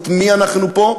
בזכות מי אנחנו פה,